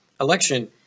election